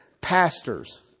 pastors